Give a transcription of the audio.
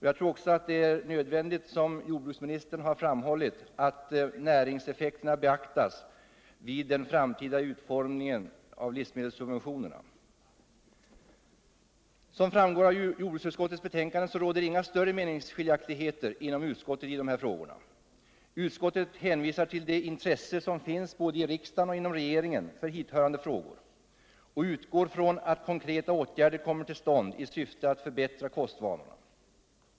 Jag tror också att det är nödvändigt — som jordbruksministern har framhållit — att näringseffekterna beaktas vid den framtida utformningen av livsmedelssubventionerna. Som framgår av jordbruksutskottets betänkande råder inga större mceningsskiljaktigheter inom utskottet i de här frågorna. Utskottet hänvisar till det intresse som finns både i riksdagen och inom regeringen för hithörande frågor och utgår från att konkreta åtgärder kommer till stånd i syfte att förbättra kostvanorna.